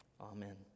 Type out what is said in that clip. Amen